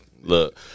Look